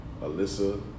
Alyssa